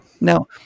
Now